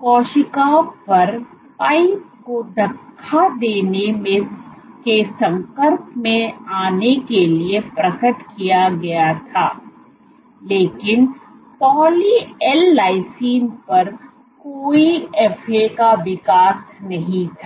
कोशिका पर पाइप को धक्का देने के संपर्क में आने के लिए प्रकट किया गया था लेकिन पॉली एल लिसिन पर कोई FAका विकास नहीं था